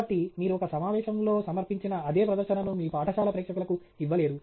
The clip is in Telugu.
కాబట్టి మీరు ఒక సమావేశంలో సమర్పించిన అదే ప్రదర్శనను మీ పాఠశాల ప్రేక్షకులకు ఇవ్వలేరు